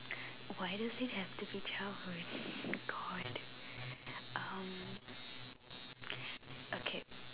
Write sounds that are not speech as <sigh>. why does he has different childhood <breath> God um okay